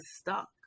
stuck